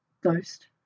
Ghost